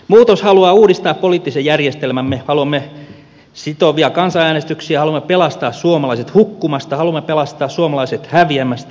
muutos haluaa uudistaa poliittisen järjestelmämme haluamme sitovia kansanäänestyksiä haluamme pelastaa suomalaiset hukkumasta haluamme pelastaa suomalaiset häviämästä